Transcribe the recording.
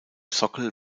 sockel